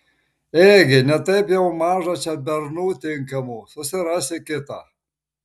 ėgi ne taip jau maža čia bernų tinkamų susirasi kitą